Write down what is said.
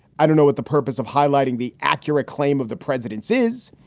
i don't know what the purpose of highlighting the accurate claim of the president's is.